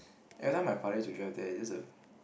everytime my father used to drive there it's just a